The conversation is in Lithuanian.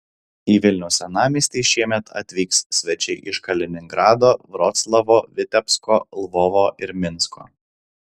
į vilniaus senamiestį šiemet atvyks svečiai iš kaliningrado vroclavo vitebsko lvovo ir minsko